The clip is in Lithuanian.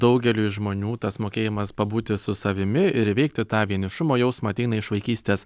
daugeliui žmonių tas mokėjimas pabūti su savimi ir įveikti tą vienišumo jausmą ateina iš vaikystės